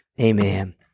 amen